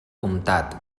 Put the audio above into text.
comtat